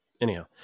anyhow